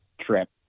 trip